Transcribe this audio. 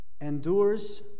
endures